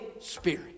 Spirit